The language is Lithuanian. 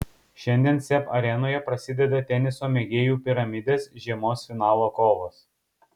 šiandien seb arenoje prasideda teniso mėgėjų piramidės žiemos finalo kovos